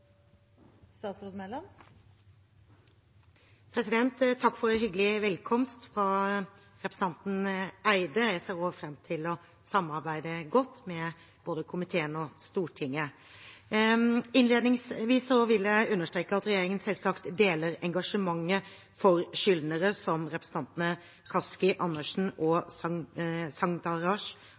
for hyggelig velkomst fra representanten Eide. Jeg ser også fram til å samarbeide godt med både komiteen og Stortinget. Innledningsvis vil jeg understreke at regjeringen selvsagt deler engasjementet for skyldnere, som representantene Kaski, Andersen og